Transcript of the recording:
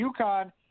UConn